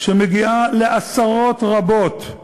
שמגיעה לעשרות רבות,